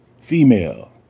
Female